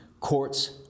Courts